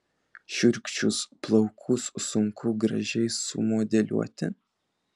šiurkščius plaukus sunku gražiai sumodeliuoti